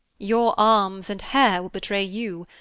your arms and hair will betray you.